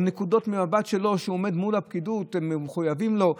או יש לו נקודות מבט שלו כשהוא עומד מול הפקידות והם מחויבים לו,